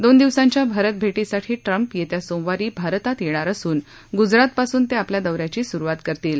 दोन दिवसांच्या भारत भेटीसाठी ट्रम्प येत्या सोमवारी भारतात येणार असून गुजरातपासून ते आपल्या दोऱ्याची सुरुवात करतील